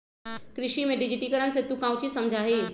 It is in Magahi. कृषि में डिजिटिकरण से तू काउची समझा हीं?